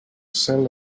cel